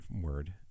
word